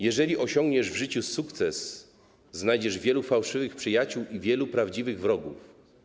Jeżeli osiągniesz w życiu sukces, znajdziesz wielu fałszywych przyjaciół i wielu prawdziwych wrogów.